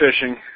fishing